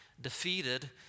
defeated